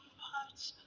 parts